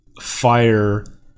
fire